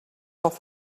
off